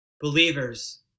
believers